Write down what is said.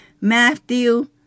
Matthew